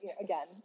again